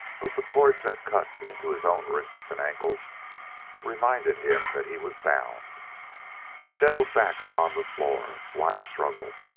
but the cords that cut into his own wrists and ankles reminded him that he was bound he settled back upon the floor. why struggle?